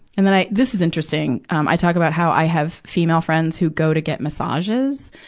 and then i this is interesting. um i talk about how i have female friends who go to get massages,